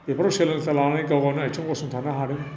बेफोराव सोलोंथाय लानानै गाव गावनि आथिङाव गसंथानो हादों